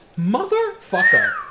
motherfucker